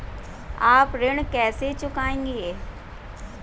आप ऋण कैसे चुकाएंगे?